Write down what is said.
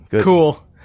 cool